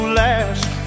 last